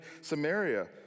Samaria